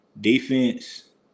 defense